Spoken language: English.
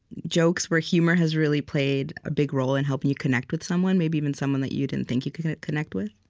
jokes where humor has really played a big role in helping you connect with someone, maybe even someone that you didn't think you could connect with?